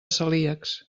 celíacs